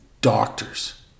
doctors